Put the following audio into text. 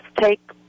take